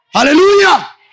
Hallelujah